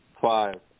Five